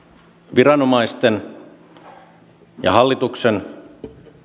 viranomaisten ja hallituksen